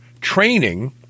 training